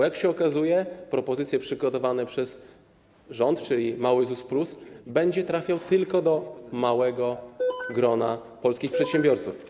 Jak się okazuje, propozycja przygotowana przez rząd, czyli mały ZUS+, będzie trafiała tylko do wąskiego grona polskich przedsiębiorców.